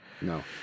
No